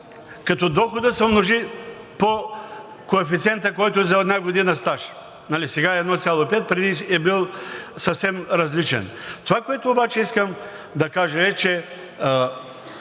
като доходът се умножи по коефициента, който е за една година стаж. Нали, сега е 1,5, преди е бил съвсем различен. Това, което обаче искам да кажа, е, че